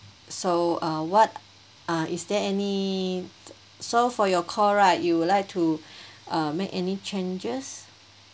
so uh what uh is there any so for your call right you'll like to uh make any changes